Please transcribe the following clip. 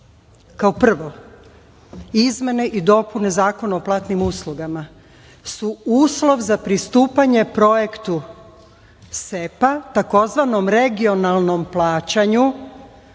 prvo, izmene i dopune Zakona o platnim uslugama su uslov za pristupanje Projektu SEPA tzv. regionalnom plaćanju